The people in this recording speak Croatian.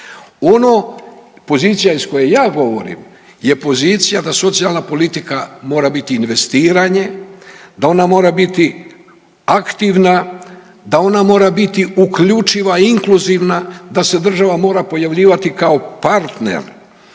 Ono pozicija iz koje ja govorim je pozicija da socijalna politika mora biti investiranje, da ona mora biti aktivna, da ona mora biti uključiva i inkluzivna, da se država mora pojavljivati kao partner